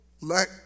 let